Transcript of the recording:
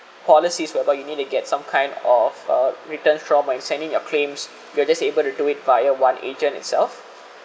policies whereby you need to get some kind of uh returns from by sending your claims you are just able to do it via one agent itself